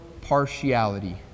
partiality